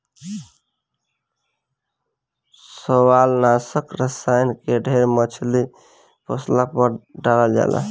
शैवालनाशक रसायन के ढेर मछली पोसला पर डालल जाला